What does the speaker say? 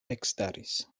ekstaris